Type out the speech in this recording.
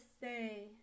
say